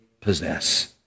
possess